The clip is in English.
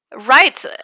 Right